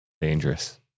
Dangerous